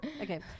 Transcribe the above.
Okay